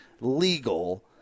legal